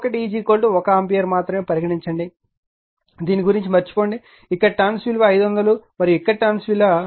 మొదట i1 1 ampere మాత్రమే పరిగణించండి దీని గురించి మరచిపోండి ఇక్కడ టర్న్స్ విలువ 500 మరియు ఇక్కడ టర్న్స్ విలువ 1000